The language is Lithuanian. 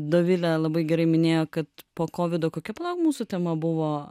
dovilė labai gerai minėjo kad po kovido kokia pala mūsų tema buvo